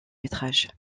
métrage